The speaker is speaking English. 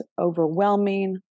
overwhelming